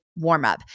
warmup